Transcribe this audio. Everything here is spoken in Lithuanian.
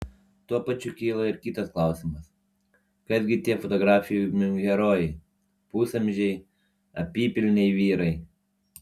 tuo pačiu kyla ir kitas klausimas kas gi tie fotografijų herojai pusamžiai apypilniai vyrai